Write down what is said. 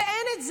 ואין את זה.